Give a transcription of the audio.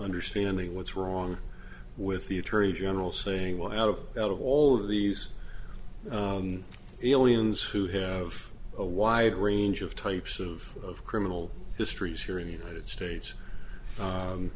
understanding what's wrong with the attorney general saying well out of all of these aliens who have a wide range of types of criminal histories here in the united states